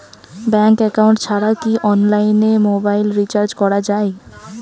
Bank account ছাড়া কি অনলাইনে মোবাইল রিচার্জ করা যায়?